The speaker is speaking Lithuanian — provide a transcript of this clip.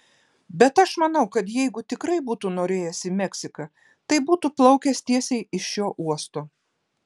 bet aš manau kad jeigu tikrai būtų norėjęs į meksiką tai būtų plaukęs tiesiai iš šio uosto